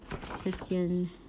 christian